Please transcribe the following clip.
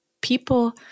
people